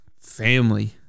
family